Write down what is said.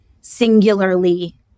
singularly